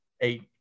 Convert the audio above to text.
eight